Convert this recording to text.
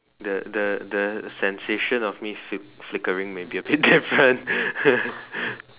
the the the sensation of me fli~ flickering might be a bit different